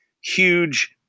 huge